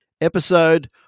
episode